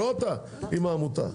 לא אתה עם העמותה.